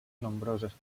nombroses